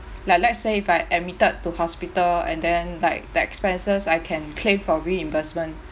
like let's say if I admitted to hospital and then like the expenses I can claim for reimbursement